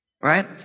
right